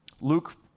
Luke